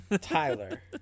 Tyler